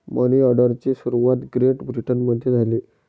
मनी ऑर्डरची सुरुवात ग्रेट ब्रिटनमध्ये झाली